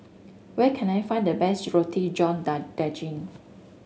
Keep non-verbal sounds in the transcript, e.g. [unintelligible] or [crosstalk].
where can I find the best Roti John [unintelligible] Daging